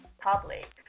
public